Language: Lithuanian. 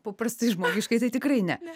paprastai žmogiškai tai tikrai ne